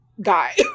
guy